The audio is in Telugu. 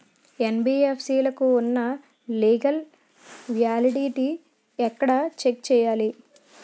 యెన్.బి.ఎఫ్.సి లకు ఉన్నా లీగల్ వ్యాలిడిటీ ఎక్కడ చెక్ చేయాలి?